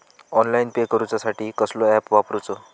Online pay करूचा साठी कसलो ऍप वापरूचो?